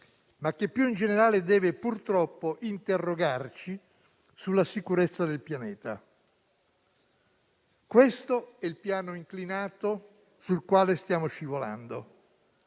ma, più in generale, deve purtroppo interrogarci sulla sicurezza del pianeta. Questo è il piano inclinato sul quale stiamo scivolando: